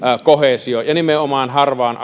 koheesio ja nimenomaan harvan